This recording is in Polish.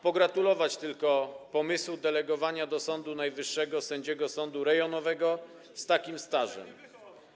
Pogratulować tylko pomysłu delegowania do Sądu Najwyższego sędziego sądu rejonowego z takim stażem.